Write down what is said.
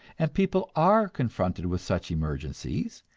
and people are confronted with such emergencies,